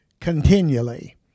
continually